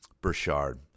Burchard